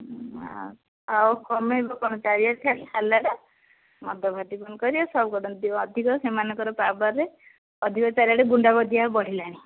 ଆଉ ଆଉ କମେଇବ କଣ ଚାରିଆଡ଼େ ହେଲାରେ ମଦ ଭାଟି ବନ୍ଦ କରିବ ସବୁ କର ଅଧିକ ସେମାନଙ୍କର ପାାବାରରେ ଅଧିକ ଚାରିଆଡ଼େ ଗୁଣ୍ଡ ଗର୍ଦି ବଢ଼ିଲାଣି